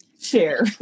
Share